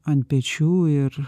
ant pečių ir